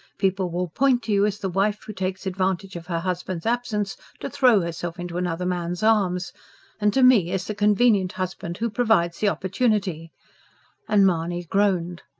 people will point to you as the wife who takes advantage of her husband's absence to throw herself into another man's arms and to me as the convenient husband who provides the opportunity and mahony groaned.